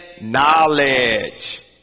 knowledge